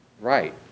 right